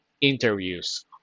interviews